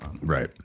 Right